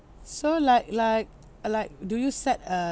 so like like like do you set a